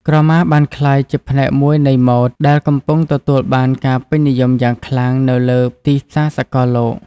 ក្រមាបានក្លាយជាផ្នែកមួយនៃម៉ូដ ដែលកំពុងទទួលបានការពេញនិយមយ៉ាងខ្លាំងនៅលើទីផ្សារសកលលោក។